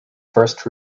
first